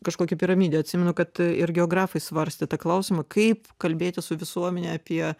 kažkokią piramidę atsimenu kad ir geografai svarstė tą klausimą kaip kalbėtis su visuomene apie